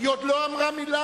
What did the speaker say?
היא עוד לא אמרה מלה.